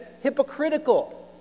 hypocritical